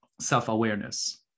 self-awareness